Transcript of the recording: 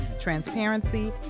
transparency